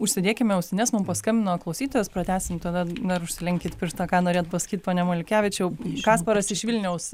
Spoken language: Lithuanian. užsidėkime ausines mum paskambino klausytojas pratęsim tada dar užsilenkit pirštą ką norėjot pasakyt pone maliukevičiau kasparas iš vilniaus